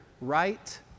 right